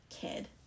kid